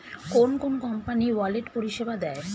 কোন কোন company wallet পরিষেবা দেয়?